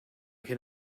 can